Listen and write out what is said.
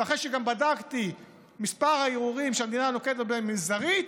אחרי שגם בדקתי ומספר הערעורים שהמדינה נוקטת הוא מזערי,